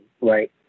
right